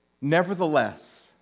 nevertheless